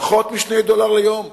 פחות מ-2 דולר ליום.